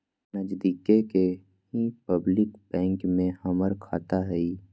नजदिके के ही पब्लिक बैंक में हमर खाता हई